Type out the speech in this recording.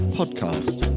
podcast